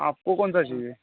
आपको कौन सा चाहिए